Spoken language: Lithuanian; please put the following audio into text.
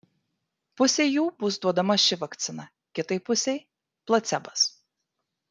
pusei jų bus duodama ši vakcina kitai pusei placebas